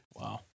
Wow